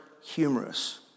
humorous